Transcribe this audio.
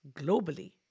globally